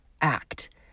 act